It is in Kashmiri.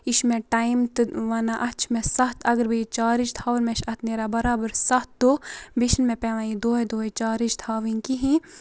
یہِ چھِ مےٚ ٹایم تہٕ وَنان اَتھ چھِ مےٚ سَتھ اگر بہٕ یہِ چارٕج تھاوان مےٚ چھِ اَتھ نیران برابر سَتھ دۄہ بیٚیہِ چھِنہٕ مےٚ پٮ۪وان یہِ دۄہَے دۄہَے چارٕج تھاوٕنۍ کِہیٖنۍ